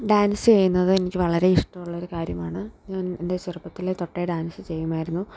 dance ചെയ്യുന്നത് എനിക്ക് വളരെ ഇഷ്ടമുള്ളൊരു കാര്യമാണ് ഞാൻ എൻ്റെ ചെറുപ്പത്തിലെ തൊട്ടേ ഡാൻസ് ചെയ്യുമായിരുന്നു